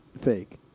fake